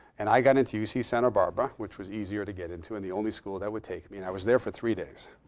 and i got into uc santa barbara, which was easier to get into and the only school that would take me. and i was there for three days.